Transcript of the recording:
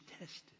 tested